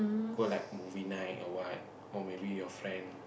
go like move night or what or maybe your friend